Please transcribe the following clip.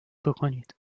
بکنید